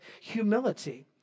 humility